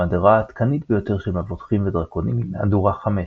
המהדורה העדכנית ביותר של מבוכים ודרקונים היא מהדורה 5,